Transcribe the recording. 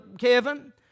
Kevin